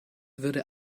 würde